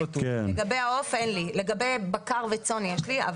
לגבי העוף אין לי, לגבי בקר וצאן יש לי.